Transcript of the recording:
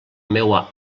meua